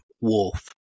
wolf